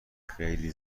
خیلی